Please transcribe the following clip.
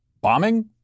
bombing